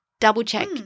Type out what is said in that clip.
double-check